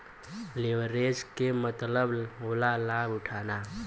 leverage के मतलब होला लाभ उठाना